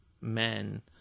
men